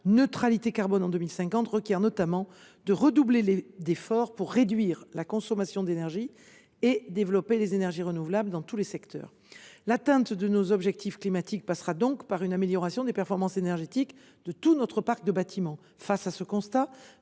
neutralité carbone en 2050 requiert notamment de redoubler d’efforts pour réduire la consommation d’énergie et développer les énergies renouvelables dans tous les secteurs. L’atteinte de nos objectifs climatiques passera donc par une amélioration des performances énergétiques de l’ensemble de notre parc de bâtiments. À cet